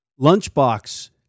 Lunchbox